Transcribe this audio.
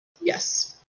Yes